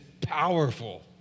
powerful